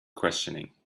questioning